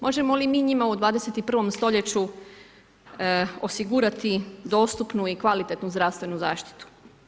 Možemo li mi njima u 21. st. osigurati dostupnu i kvalitetnu zdravstvenu zaštitu.